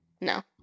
No